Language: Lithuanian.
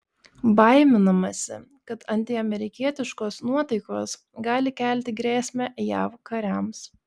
baiminamasi kad antiamerikietiškos nuotaikos gali kelti grėsmę jav kariams